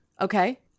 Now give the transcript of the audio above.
okay